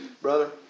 brother